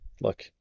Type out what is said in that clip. look